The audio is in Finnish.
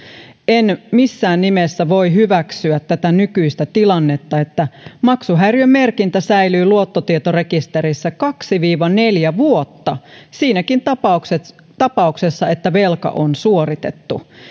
en missään nimessä voi hyväksyä tätä nykyistä tilannetta että maksuhäiriömerkintä säilyy luottotietorekisterissä kaksi viiva neljä vuotta siinäkin tapauksessa tapauksessa että velka on suoritettu